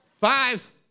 Five